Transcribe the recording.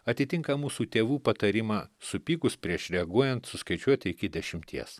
atitinka mūsų tėvų patarimą supykus prieš reaguojant suskaičiuoti iki dešimties